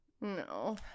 No